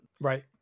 Right